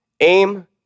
Aim